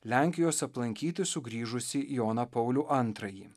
lenkijos aplankyti sugrįžusį joną paulių antrąjį